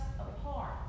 apart